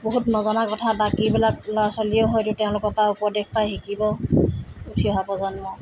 বহুত নজনা কথা বাকীবিলাক ল'ৰা ছোৱালীয়েও হয়টো তেওঁলোকৰ পৰা উপদেশ পাই শিকিব উঠি অহা প্ৰজন্ম